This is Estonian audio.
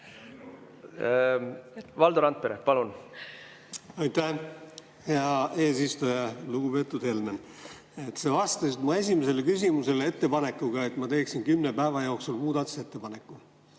Valdo Randpere, palun! Aitäh, hea eesistuja! Lugupeetud Helmen! Sa vastasid mu esimesele küsimusele ettepanekuga, et ma teeksin kümne päeva jooksul muudatusettepanekuid.